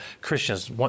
Christians